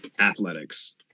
athletics